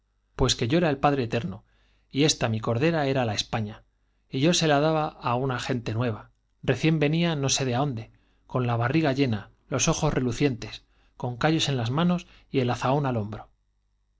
pues que yo era el padre eterno y ésta mi cordera era la españa y yo se la daba á una gente nueva recién venía no sé de aónde con la barriga llena los ojos relucientes con callos en las manos y el azaón al hombro